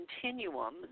continuum